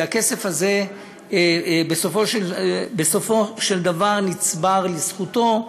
והכסף הזה בסופו של דבר נצבר לזכותו.